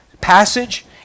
passage